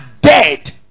dead